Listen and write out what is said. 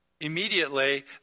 Immediately